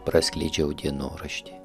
praskleidžiau dienoraštį